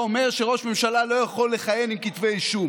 1 ברשימת החותמים על החוק שאומר שראש ממשלה לא יכול לכהן עם כתבי אישום,